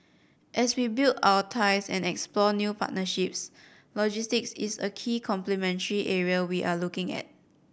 as we build our ties and explore new partnerships logistics is a key complementary area we are looking at